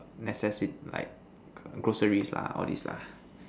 necessity like groceries lah all these lah